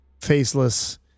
faceless